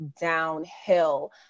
downhill